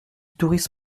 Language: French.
touriste